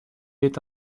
est